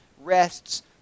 rests